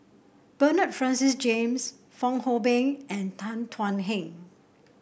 Bernard Francis James Fong Hoe Beng and Tan Thuan Heng